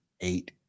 eight